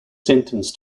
sentenced